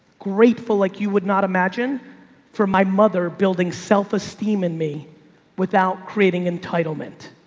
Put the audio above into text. grateful like you would not imagine for my mother building self esteem in me without creating entitlement.